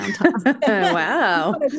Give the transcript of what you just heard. Wow